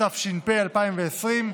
התש"ף 2020,